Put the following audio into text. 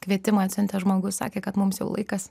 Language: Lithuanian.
kvietimą atsiuntęs žmogus sakė kad mums jau laikas